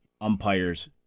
umpires